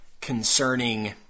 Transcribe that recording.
concerning